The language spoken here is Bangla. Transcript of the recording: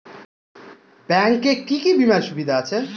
ব্যাংক এ কি কী বীমার সুবিধা আছে?